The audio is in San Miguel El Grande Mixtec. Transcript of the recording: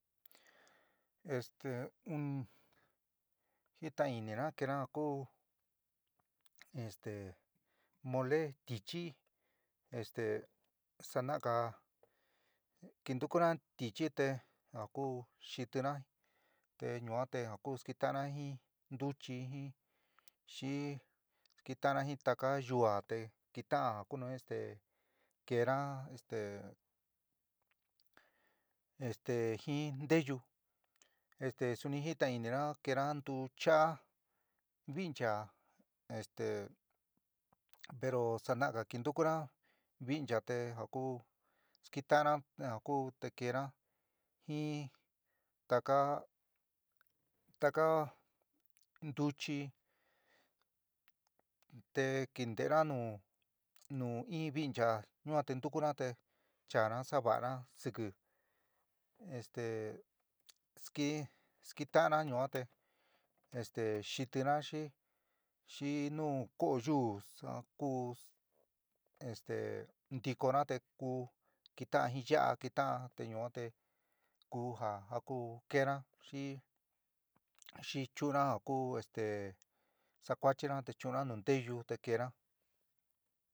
Este un jintain inina keéna ja ku este mole tɨchi este sana'aga kintukuna tɨchi te jakú xitina te ñua te a ku sketaána jin ntuchi jin xi kenta'ana jin taka yua te keta'an ja ku este keéna este este jin nteyu este suni jitain inina keéna ntucha vincha este pero sana'aga kintúkuna vincha te ja ku sketa'ana a ku te keéna jin taka taka ntuchi te kinte'ena nu nu in vincha ñua te ntukuna te chaana sava'ana siki este ski skitaanna yuan este te xitina xi xi nu kooyú ku este ntikona te ku keta'an jin yaa keta'an te yuan te ku ja jaku keéna xin xi chu'unna ja ku este sicuáchina te chu'una nu netyu te keénaa.